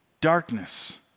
darkness